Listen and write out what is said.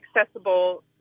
accessible